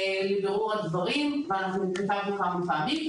לבירור הדברים ואנחנו התכתבנו כמה פעמים.